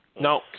No